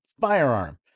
firearm